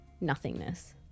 nothingness